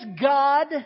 God